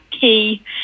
key